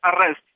arrest